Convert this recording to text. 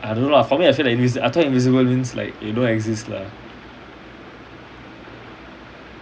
I don't know lah for me I feel like invisible I thought invisible means like you don't exist lah